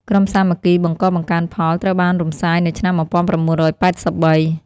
ក្រុមសាមគ្គីបង្កបង្កើនផល ត្រូវបានរំសាយនៅឆ្នាំ១៩៨៣។